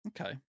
okay